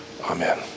Amen